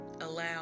allow